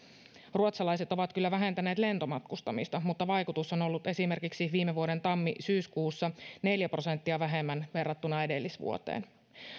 ruotsalaiset ovat kyllä vähentäneet lentomatkustamista mutta vaikutus on ollut esimerkiksi viime vuoden tammi syyskuussa neljä prosenttia vähemmän verrattuna edellisvuoteen